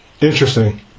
interesting